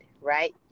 right